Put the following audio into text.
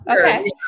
Okay